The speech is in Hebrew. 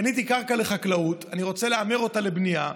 קניתי קרקע לחקלאות, אני רוצה להמיר אותה לבנייה,